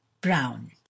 Brown